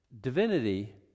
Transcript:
divinity